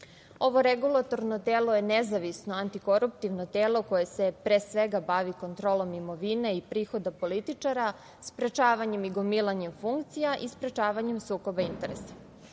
regulatorno telo je nezavisno, antikoruptivno telo koje se pre svega bavi kontrolom imovine i prihoda političara, sprečavanjem i gomilanjem funkcija i sprečavanjem sukoba interesa.